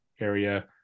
area